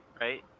right